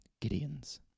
Gideon's